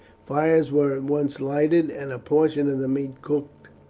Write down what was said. fires were at once lighted, and a portion of the meat cooked,